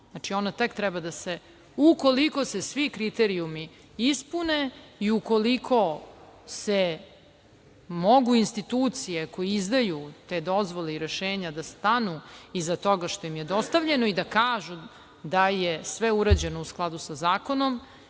Znači, ona tek treba da se, ukoliko se svi kriterijumi ispune i ukoliko mogu institucije koje izdaju te dozvole i rešenja da stanu iza toga što im je dostavljeno i da kažu da je sve urađeno u skladu sa zakonom